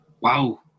wow